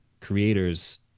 creators